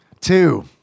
Two